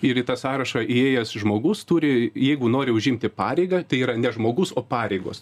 ir į tą sąrašą įėjęs žmogus turi jeigu nori užimti pareigą tai yra ne žmogus o pareigos